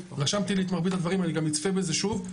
רשמתי לי את מרבית הדברים, אני גם אצפה בזה שוב.